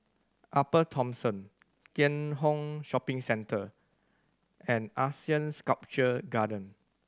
Upper Thomson Keat Hong Shopping Centre and ASEAN Sculpture Garden